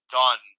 done